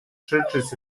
churches